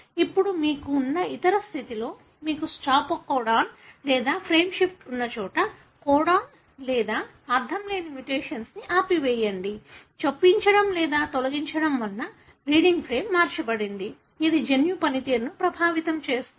ఇప్పుడు మీకు ఉన్న ఇతర స్థితిలో మీకు స్టాప్ కోడాన్ లేదా ఫ్రేమ్షిఫ్ట్ ఉన్న చోట కోడాన్ లేదా అర్ధంలేని మ్యుటేషన్ను ఆపివేయండి చొప్పించడం లేదా తొలగించడం వలన రీడింగ్ ఫ్రేమ్ మార్చబడింది ఇది జన్యు పనితీరును ప్రభావితం చేస్తుంది